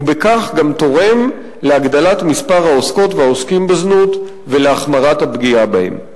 ובכך גם תורם להגדלת מספר העוסקות והעוסקים בזנות ולהחמרת הפגיעה בהם.